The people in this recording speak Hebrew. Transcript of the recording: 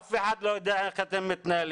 אף אחד לא יודע איך אתם מתנהלים.